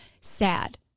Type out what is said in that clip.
sad